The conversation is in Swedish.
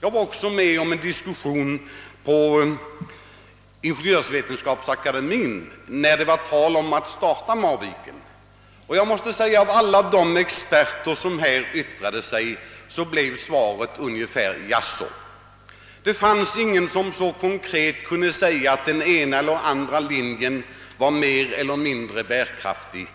Jag var också med vid en diskussion på Ingeniörsvetenskapsakademin, när det var tal om att starta Marviken-projektet. Det svar som blev resultatet av alla expertinlägg där blev ungefär ett jaså. Ingen kunde definitivt säga att den ena linjen var mera bärkraftig